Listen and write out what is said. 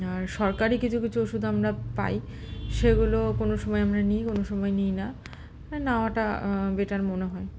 আর সরকারি কিছু কিছু ওষুধ আমরা পাই সেগুলো কোনো সময় আমরা নিই কোনো সময় নিই না নেওয়াটা বেটার মনে হয়